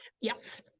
yes